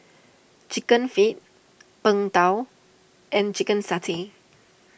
Chicken Feet Png Tao and Chicken Satay